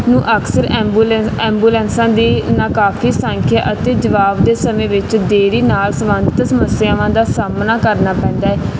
ਨੂੰ ਅਕਸਰ ਐਬੂਲੈਂਸ ਐਬੂਲੈਂਸਾਂ ਦੀ ਇਹਨਾਂ ਕਾਫ਼ੀ ਸੰਖਿਆ ਅਤੇ ਜਵਾਬ ਦੇ ਸਮੇਂ ਵਿੱਚ ਦੇਰੀ ਨਾਲ ਸੰਬੰਧਿਤ ਸਮੱਸਿਆਵਾਂ ਦਾ ਸਾਹਮਣਾ ਕਰਨਾ ਪੈਂਦਾ ਹੈ